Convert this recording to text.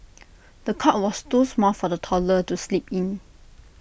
the cot was too small for the toddler to sleep in